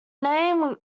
name